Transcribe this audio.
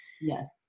yes